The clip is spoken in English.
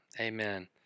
Amen